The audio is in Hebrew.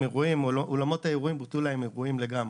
לאולמות האירועים בוטלו אירועים לגמרי.